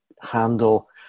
handle